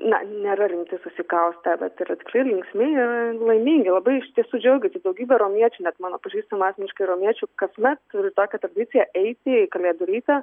ne nėra rimti susikaustę bet ir tikrai linksmi yra ir laimingi labai iš tiesų džiaugiasi daugybė romiečių net mano pažįstamų asmeniškai romiečių kasmet turi tokią tradiciją eiti į kalėdų rytą